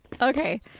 Okay